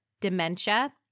dementia